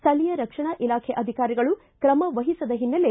ಸ್ಥಳೀಯ ರಕ್ಷಣಾ ಇಲಾಖೆ ಅಧಿಕಾರಿಗಳು ಕ್ರಮವಹಿಸದ ಹಿನ್ನೆಲೆ